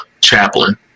chaplain